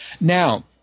Now